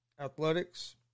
Athletics